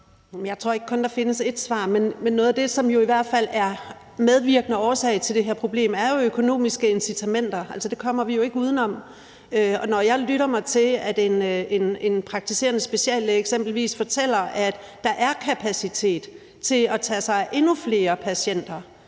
Jeg tror ikke, der kun findes ét svar, men noget af det, som i hvert fald er en medvirkende årsag til det her problem, er jo økonomiske incitamenter. Altså, det kommer vi jo ikke udenom. Og når jeg lytter mig til, at en praktiserende speciallæge eksempelvis fortæller, at der er kapacitet til at tage sig af endnu flere patienter,